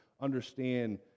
understand